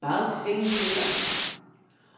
bald fing sie wieder an